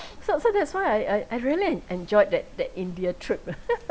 so so that's why I I I really en~ enjoyed that that india trip